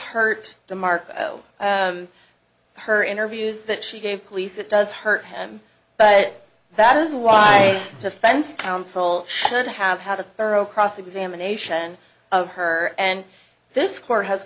market her interviews that she gave police it does hurt him but that is why defense counsel should have had a thorough cross examination of her and this court has